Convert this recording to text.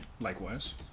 Likewise